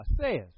says